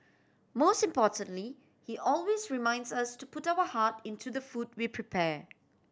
most importantly he always reminds us to put our heart into the food we prepare